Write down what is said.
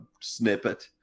snippet